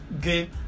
game